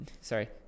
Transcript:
sorry